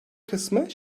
kısmı